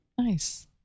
Nice